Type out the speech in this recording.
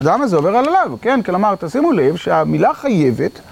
למה זה עובר על הלב, כן? כלומר, תשימו לב שהמילה חייבת...